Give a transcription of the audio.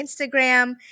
Instagram